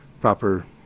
proper